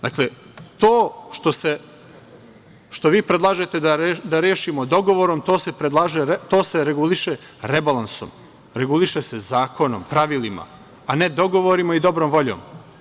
Dakle, to što vi predlažete da rešimo dogovorom, to se reguliše rebalansom, reguliše se zakonom, pravilima, a ne dogovorima i dobrom voljom.